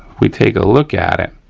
we take a look at it.